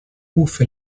bufe